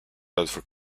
bedford